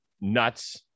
nuts